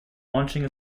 launching